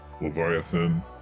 Leviathan